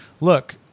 look